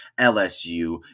LSU